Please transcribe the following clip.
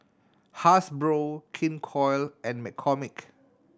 Hasbro King Koil and McCormick